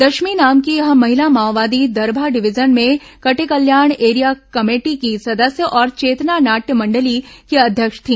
दशमी नाम की यह महिला माओवादी दरभा डिवीजन में कटेकल्याण एरिया कमेटी की सदस्य और चेतना नाट्य मंडली की अध्यक्ष थी